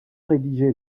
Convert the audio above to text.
rédiger